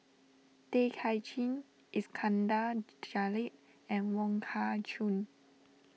Tay Kay Chin Iskandar Jalil and Wong Kah Chun